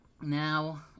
Now